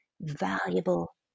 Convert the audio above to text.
valuable